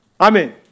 Amen